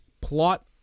Plot